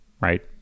right